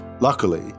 Luckily